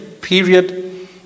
period